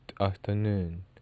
afternoon